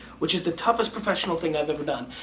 which is the toughest professional thing i've ever done.